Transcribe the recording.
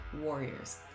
warriors